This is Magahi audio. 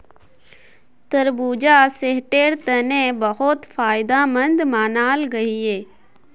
तरबूजा सेहटेर तने बहुत फायदमंद मानाल गहिये